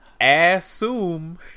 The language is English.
Assume